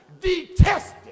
detested